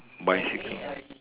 bicycle mm